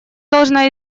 должна